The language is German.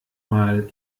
mal